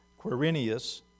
Quirinius